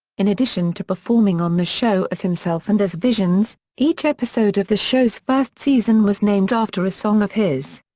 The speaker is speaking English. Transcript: in addition to performing on the show as himself and as visions, each episode of the show's first season was named after a song of his.